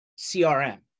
CRM